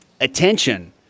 attention